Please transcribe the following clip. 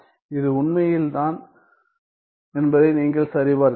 இது உண்மையில் தான் என்பதை நீங்கள் சரிபார்க்கலாம்